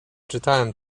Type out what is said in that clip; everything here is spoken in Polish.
czytałem